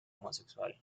homosexual